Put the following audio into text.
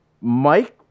Mike